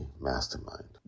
Mastermind